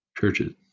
churches